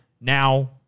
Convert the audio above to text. Now